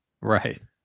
Right